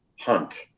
hunt